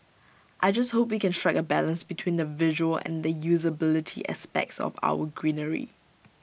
I just hope we can strike A balance between the visual and the usability aspects of our greenery